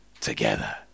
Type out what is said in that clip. together